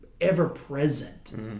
ever-present